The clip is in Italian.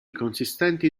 consistenti